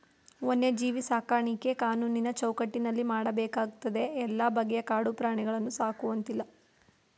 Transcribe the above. ವನ್ಯಜೀವಿ ಸಾಕಾಣಿಕೆ ಕಾನೂನಿನ ಚೌಕಟ್ಟಿನಲ್ಲಿ ಮಾಡಬೇಕಾಗ್ತದೆ ಎಲ್ಲ ಬಗೆಯ ಕಾಡು ಪ್ರಾಣಿಗಳನ್ನು ಸಾಕುವಂತಿಲ್ಲ